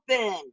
open